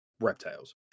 reptiles